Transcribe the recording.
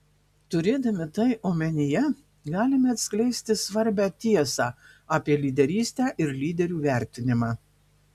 turėdami tai omenyje galime atskleisti svarbią tiesą apie lyderystę ir lyderių vertinimą